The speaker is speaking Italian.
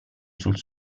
sul